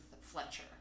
Fletcher